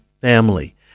family